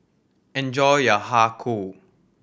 enjoy your Har Kow